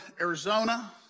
Arizona